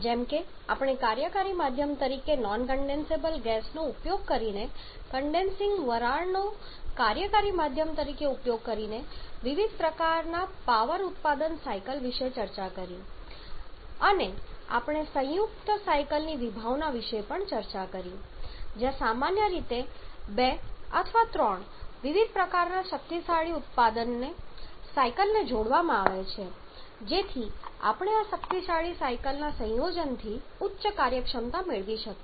જેમ કે આપણે કાર્યકારી માધ્યમ તરીકે નોન કન્ડેન્સેબલ ગેસ નો ઉપયોગ કરીને કન્ડેન્સિંગ વરાળનો કાર્યકારી માધ્યમ તરીકે ઉપયોગ કરીને વિવિધ પ્રકારનાં પાવર ઉત્પાદન સાયકલ વિશે ચર્ચા કરી છે અને આપણે સંયુક્ત સાયકલ ની વિભાવના વિશે પણ ચર્ચા કરી છે જ્યાં સામાન્ય રીતે બે અથવા ત્રણ વિવિધ પ્રકારના શક્તિશાળી ઉત્પાદન સાયકલને જોડવામાં આવે છે જેથી આપણે આ શક્તિશાળી સાયકલ ના સંયોજનથી ઉચ્ચ કાર્યક્ષમતા મેળવી શકીએ